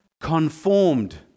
conformed